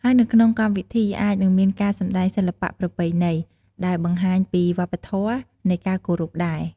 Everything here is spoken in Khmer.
ហើយនៅក្នុងកម្មវិធីអាចនឹងមានការសម្តែងសិល្បៈប្រពៃណី ដែលបង្ហាញពីវប្បធម៌នៃការគោរពដែរ។